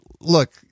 Look